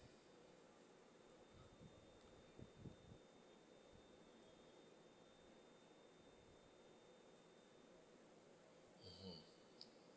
mmhmm